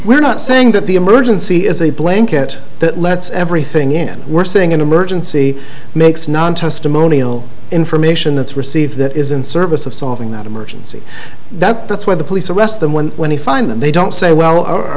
we're not saying that the emergency is a blanket that lets everything in we're seeing an emergency makes non testimonial information that's received that is in service of solving that emergency that that's where the police arrest them when when we find them they don't say well